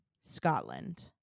Scotland